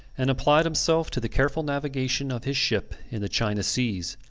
and applied himself to the careful navigation of his ship in the china seas.